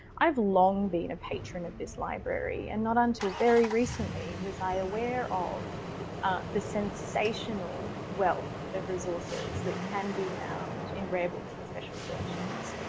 i've long been a patron of this library and not until very recently was i aware of the sensational wealth of resources that can be found in rare books and special collections.